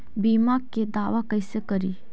बीमा के दावा कैसे करी?